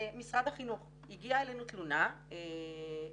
משרד החינוך - הגיעה אלינו תלונה מילד